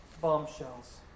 bombshells